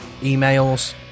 emails